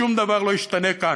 שום דבר לא ישתנה כאן,